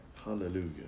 Hallelujah